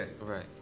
right